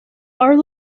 are